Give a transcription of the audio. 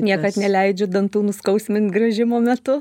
niekad neleidžiu dantų nuskausmint gręžimo metu